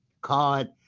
card